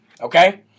okay